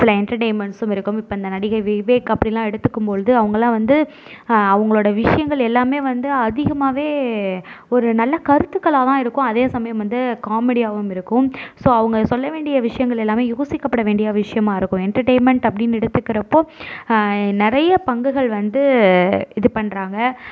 சில என்டர்டைன்மெண்ட்ஸும் இருக்கும் இப்போ நடிகர் விவேக் அப்படிலாம் எடுத்துக்கும் பொழுது அவங்கள்லாம் வந்து அவங்களோட விஷயங்கள் எல்லாம் வந்து அதிகமாகவே ஒரு நல்ல கருத்துக்களாகதான் இருக்கும் அதே சமயம் வந்து காமெடியாகவும் இருக்கும் ஸோ அவங்க சொல்லவேண்டிய விஷயங்கள் எல்லாம் யோசிக்கப்பட வேண்டிய விஷயமா இருக்கும் என்டர்டைன்மெண்ட் அப்டின்னு எடுத்துகிறப்போ நிறைய பங்குகள் வந்து இது பண்ணுறாங்க